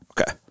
Okay